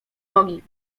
nogi